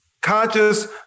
conscious